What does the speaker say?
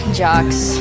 jocks